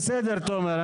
בסדר תומר,